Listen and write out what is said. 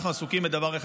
אנחנו עסוקים בדבר אחד,